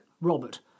Robert